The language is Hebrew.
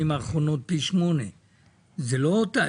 האחרונות הוא גידול פי 8. זה מה שאמרתי.